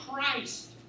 Christ